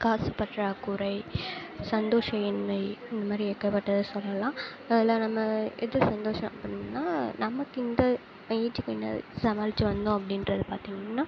காசு பாற்றாக்குறை சந்தோஷம் இன்மை இந்த மாதிரி ஏகப்பட்ட சொல்லலாம் அதில் நம்ம இது சந்தோஷம் அப்பிடின்னா நமக்கு இந்த சமாளித்து வந்தோம் அப்படின்றத பார்த்தீங்கன்னா